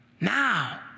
Now